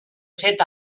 set